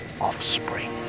offspring